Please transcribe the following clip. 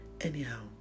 anyhow